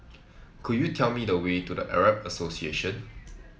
could you tell me the way to The Arab Association